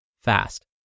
fast